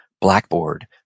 Blackboard